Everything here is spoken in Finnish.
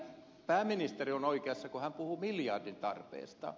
pääministeri on oikeassa kun hän puhuu miljardin tarpeesta